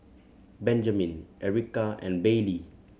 Benjaman Ericka and Bailey